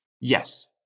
Yes